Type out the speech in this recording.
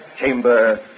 chamber